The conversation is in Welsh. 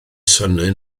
synnu